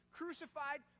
crucified